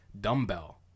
dumbbell